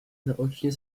naocznie